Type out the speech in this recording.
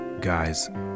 guys